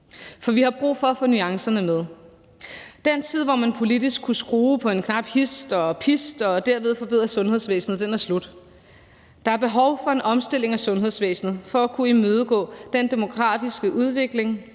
For vi har brug for at få nuancerne med. Den tid, hvor man politisk kunne skrue på en knap hist og pist og derved forbedre sundhedsvæsenet, er slut. Der er behov for en omstilling af sundhedsvæsenet for at kunne imødegå den demografiske udvikling